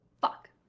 Fuck